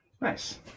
Nice